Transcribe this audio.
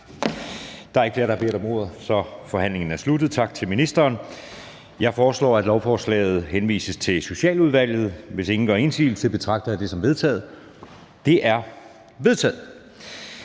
Der er ikke flere, der har bedt om ordet, så forhandlingen er sluttet. Tak til ministeren. Jeg foreslår, at lovforslaget henvises til Socialudvalget. Hvis ingen gør indsigelse, betragter jeg det som vedtaget. Det er vedtaget.